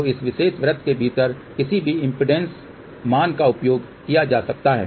तो इस विशेष वृत्त के भीतर किसी भी इम्पीडेन्स मान का उपयोग किया जा सकता है